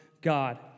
God